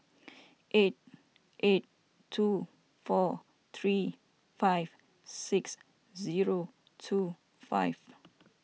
eight eight two four three five six zero two five